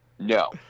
No